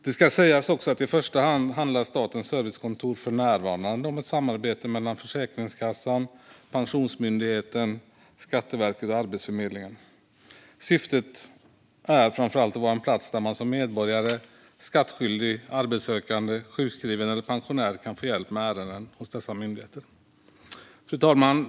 Det ska också sägas att i första hand handlar Statens servicekontor för närvarande om ett samarbete mellan Försäkringskassan, Pensionsmyndigheten, Skatteverket och Arbetsförmedlingen. Syftet är framför allt att vara en plats där man som medborgare, skattskyldig, arbetssökande, sjukskriven eller pensionär kan få hjälp med ärenden hos dessa myndigheter. Fru talman!